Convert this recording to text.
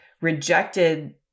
rejected